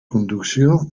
conducció